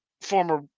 former